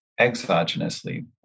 exogenously